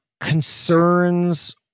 Concerns